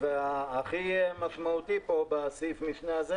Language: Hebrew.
להכניס אותם להגדרה של יישוב חדש.